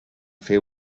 fer